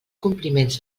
compliments